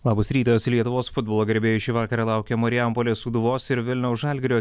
labas rytas lietuvos futbolo gerbėjai šį vakarą laukia marijampolės sūduvos ir vilniaus žalgirio